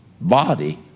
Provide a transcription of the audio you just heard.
body